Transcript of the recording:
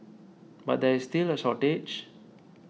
but there is still a shortage